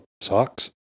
socks